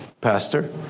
Pastor